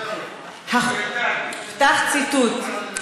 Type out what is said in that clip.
פתח ציטוט,